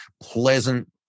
pleasant